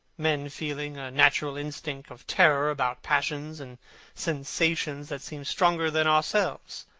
men feeling a natural instinct of terror about passions and sensations that seem stronger than themselves,